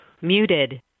Muted